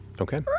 Okay